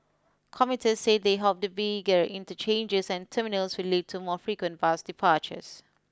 commuters said they hoped the bigger interchanges and terminals will lead to more frequent bus departures